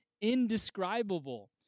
indescribable